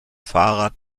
fahrrad